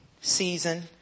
season